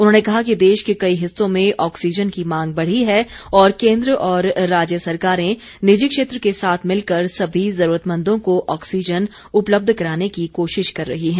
उन्होंने कहा कि देश के कई हिस्सों में ऑक्सीजन की मांग बढी है और केंद्र और राज्य सरकारें निजी क्षेत्र के साथ मिलकर सभी जरूरतमंदों को ऑक्सीजन उपलब्ध कराने की कोशिश कर रही हैं